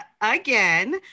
again